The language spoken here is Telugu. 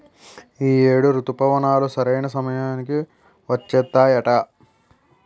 ఈ ఏడు రుతుపవనాలు సరైన సమయానికి వచ్చేత్తాయట